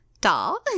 doll